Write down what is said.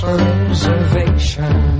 reservation